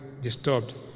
disturbed